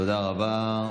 תודה רבה.